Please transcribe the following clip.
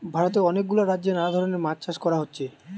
ভারতে অনেক গুলা রাজ্যে নানা মাছ চাষ কোরা হচ্ছে